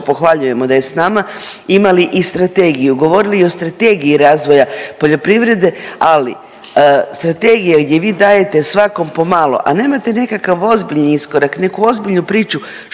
pohvaljujemo da je s nama imali i strategiju, govorili i o strategiji razvoja poljoprivrede, ali strategija gdje vi dajete svakom po malo, a nemate nekakvi ozbiljni iskorak, neku ozbiljnu priču